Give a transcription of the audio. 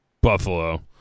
Buffalo